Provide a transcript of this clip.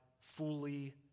fully